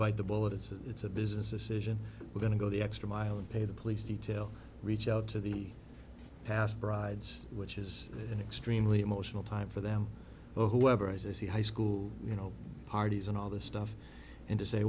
bite the bullet it's a business decision we're going to go the extra mile and pay the police detail reach out to the past brides which is an extremely emotional time for them whoever i see high school you know parties and all this stuff and to say